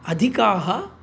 अधिकाः